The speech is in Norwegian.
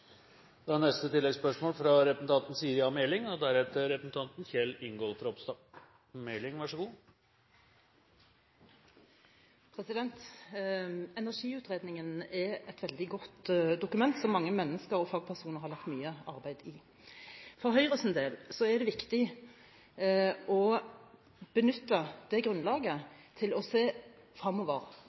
Siri A. Meling – til oppfølgingsspørsmål. Energiutredningen er et veldig godt dokument, som mange mennesker og fagpersoner har lagt mye arbeid i. For Høyres del er det viktig å benytte det grunnlaget til å se